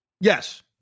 Yes